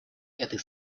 этой